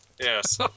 Yes